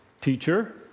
Teacher